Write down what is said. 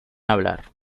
hablar